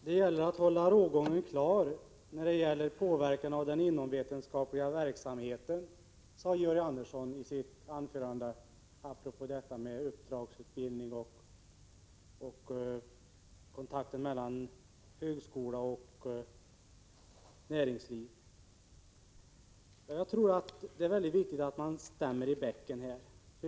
Herr talman! Rågången måste hållas klar klar när det gäller påverkan av den inomvetenskapliga verksamheten, menade Georg Andersson i sitt anförande apropå uppdragsutbildning och kontakterna mellan högskola och näringsliv. Jag tror att det är viktigt att stämma i bäcken.